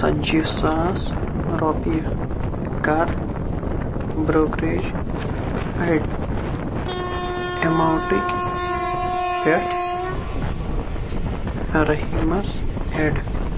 ژَتجی ساس رۄپیہِ کَر برٛوکریج ایٚڈ ایماونٛٹٕکۍ پٮ۪ٹھ رٔحیٖمس ایٚڈ